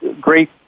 great